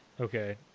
okay